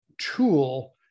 tool